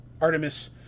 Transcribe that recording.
Artemis